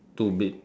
two big